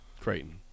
Creighton